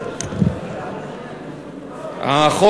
אדוני היושב-ראש,